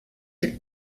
del